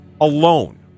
alone